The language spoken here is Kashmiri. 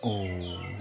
اوووو